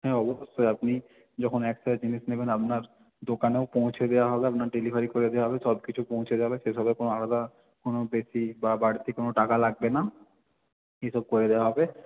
হ্যাঁ অবশ্যই আপনি যখন একসাথে জিনিস নেবেন আপনার দোকানেও পৌঁছে দেওয়া হবে আপনার ডেলিভারি করে দেওয়া হবে সব কিছু পৌঁছে দেওয়া হবে সেসবের কোনো আলাদা কোনো বেশি বা বাড়তি কোনো টাকা লাগবে না এসব করে দেওয়া হবে